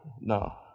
No